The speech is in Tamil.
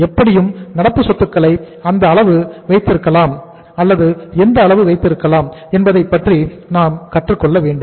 எப்படியும் நடப்பு சொத்துக்களை எந்த அளவு வைத்திருக்கலாம் என்பதைப் பற்றி நாம் கற்றுக்கொள்ள வேண்டும்